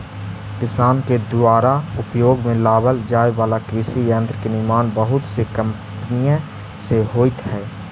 किसान के दुयारा उपयोग में लावल जाए वाला कृषि यन्त्र के निर्माण बहुत से कम्पनिय से होइत हई